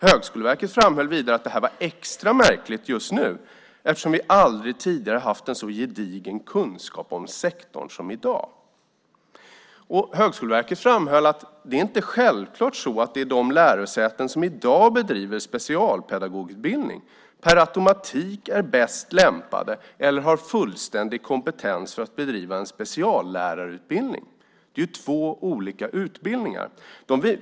Högskoleverket framhöll vidare att detta var extra märkligt just nu eftersom vi aldrig tidigare haft en så gedigen kunskap om sektorn som i dag. Högskoleverket framhöll också att det inte självklart är så att de lärosäten som i dag bedriver specialpedagogutbildning per automatik är bäst lämpade eller har fullständig kompetens för att bedriva en speciallärarutbildning. Det är ju två olika utbildningar.